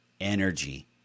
energy